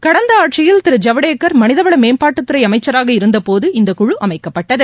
கடந்த ஆட்சியில் திரு ஜவடேகர் மனிதவள மேம்பாட்டுத்துறை அமைச்சராக இருந்தபோது இந்தக் குழு அமைக்கப்பட்டது